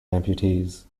amputees